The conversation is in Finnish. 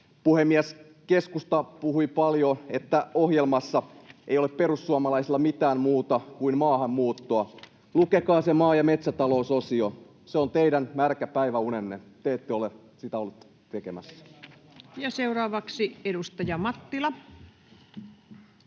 Puhemies! Keskusta puhui paljon siitä, että ohjelmassa ei ole perussuomalaisilla mitään muuta kuin maahanmuuttoa. Lukekaa se maa- ja metsätalousosio. Se on teidän märkä päiväunenne. Te ette ole sitä ollut tekemässä. Ja seuraavaksi edustaja Mattila.